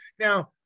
now